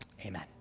Amen